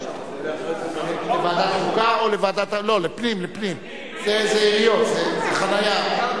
זה לוועדת הפנים, זה לעיריות, זה חנייה.